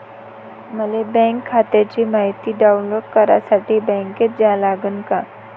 मले बँक खात्याची मायती डाऊनलोड करासाठी बँकेत जा लागन का?